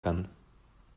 kann